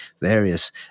various